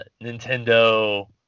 Nintendo